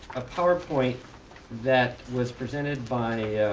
a powerpoint that was presented by